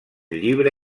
llibre